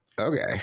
Okay